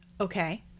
okay